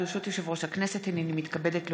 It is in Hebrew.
ברשות יושב-ראש הכנסת, הינני מתכבדת להודיעכם,